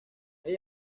hay